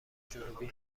جنوبی